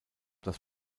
das